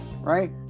right